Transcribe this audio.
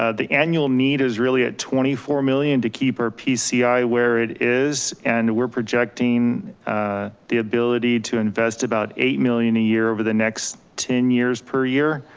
ah the annual need is really at twenty four million to keep our pci where it is, and we're projecting the ability to invest about eight million a year over the next ten years per year.